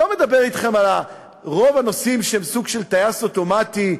אני לא מדבר אתכם על רוב הנושאים שהם סוג של טייס אוטומטי,